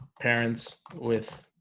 parents with